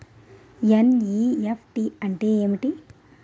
NEFT అంటే ఏమిటి?